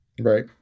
Right